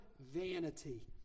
vanity